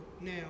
now